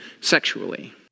sexually